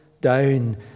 down